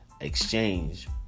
exchange